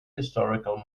historical